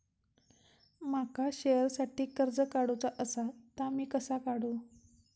माका शेअरसाठी कर्ज काढूचा असा ता मी कसा काढू?